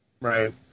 Right